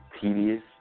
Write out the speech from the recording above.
tedious